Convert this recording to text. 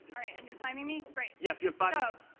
all right, and you're timing me? great. yes, you have five minutes.